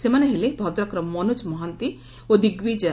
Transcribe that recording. ସେମାନେ ହେଲେ ଭଦ୍ରକର ମନୋକ ମହାନ୍ତି ଓ ଦିଗବିକୟ